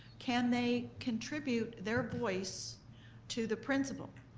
can they contribute their voice to the principal?